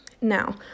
now